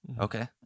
Okay